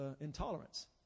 intolerance